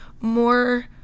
more